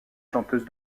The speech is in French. chanteuse